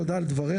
תודה על דבריך.